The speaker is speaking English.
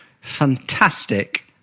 fantastic